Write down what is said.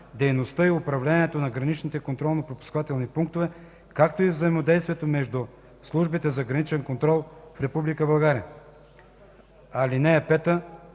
дейността и управлението на граничните контролно-пропускателни пунктове, както и взаимодействието между службите за граничен контрол в Република